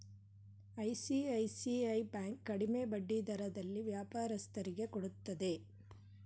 ICICI bank ಕಡಿಮೆ ಬಡ್ಡಿ ದರದಲ್ಲಿ ವ್ಯಾಪಾರಸ್ಥರಿಗೆ ಕೊಡುತ್ತದೆ